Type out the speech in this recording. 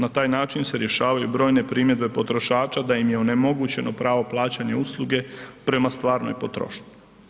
Na taj način se rješavaju brojne primjedbe potrošača da im je onemogućeno pravo plaćanja usluge prema stvarnoj potrošnji.